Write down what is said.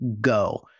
go